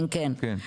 כן, כן.